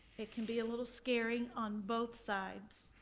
it can be a little scary on both sides.